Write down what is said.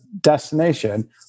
destination